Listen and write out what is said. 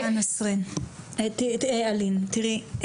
אלין, תראי.